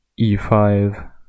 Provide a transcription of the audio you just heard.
e5